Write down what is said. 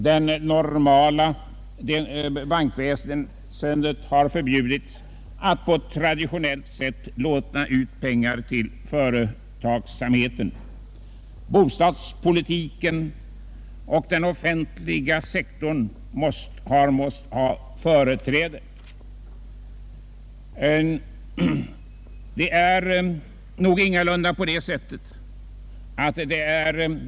Det normala bankväsendet har förbjudits att på traditionellt sätt låna ut pengar till företagsamheten. Bostadspolitiken och den offentliga sektorn har måst ges företräde.